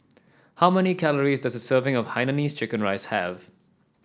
how many calories does a serving of Hainanese Chicken Rice have